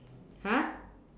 !huh!